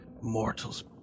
mortals